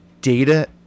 data